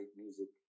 music